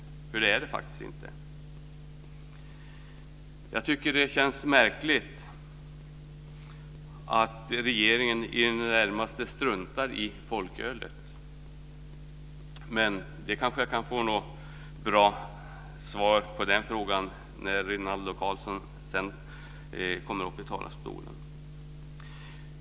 Det är den faktiskt inte. Det känns märkligt att regeringen i det närmaste struntar i folkölen. Men jag kanske kan få något bra svar på frågan när Rinaldo Karlsson kommer upp i talarstolen.